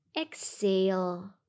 Exhale